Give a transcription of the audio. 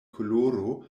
koloro